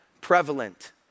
prevalent